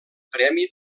premi